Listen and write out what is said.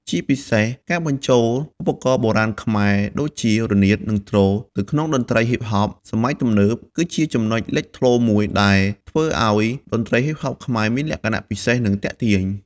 ជាពិសេសការបញ្ចូល ឧបករណ៍បុរាណខ្មែរ ដូចជា រនាត និង ទ្រ ទៅក្នុងតន្ត្រីហ៊ីបហបសម័យទំនើប គឺជាចំណុចលេចធ្លោមួយដែលធ្វើឱ្យតន្ត្រីហ៊ីបហបខ្មែរមានលក្ខណៈពិសេស និងទាក់ទាញ។